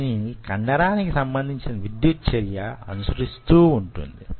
దీనిని కండరానికి సంబంధించిన విద్యుత్ చర్య అనుసరిస్తూ వస్తుంది